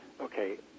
Okay